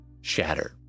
Shatter